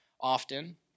often